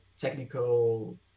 technical